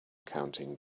counting